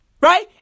Right